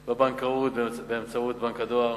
בבנקאות, באמצעות בנק הדואר,